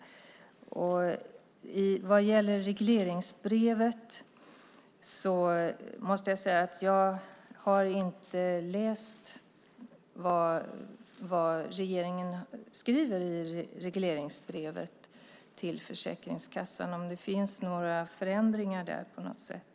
Vad gäller regleringsbrevet måste jag säga att jag inte har läst vad regeringen skriver i regleringsbrevet till Försäkringskassan och om det finns några förändringar där på något sätt.